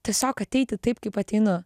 tiesiog ateiti taip kaip ateinu